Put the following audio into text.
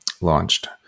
launched